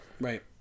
Right